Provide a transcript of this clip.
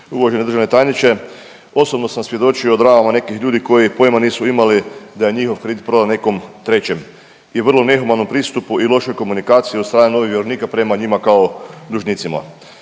Uvaženi državni tajniče osobno sam svjedočio dramama nekih ljudi koji pojma nisu imali da je njihov kredit prodan nekom trećem i vrlo nehumanom pristupu i lošoj komunikaciji od strane novih vjerovnika prema njima kao dužnicima.